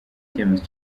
icyemezo